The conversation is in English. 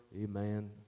amen